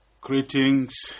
Greetings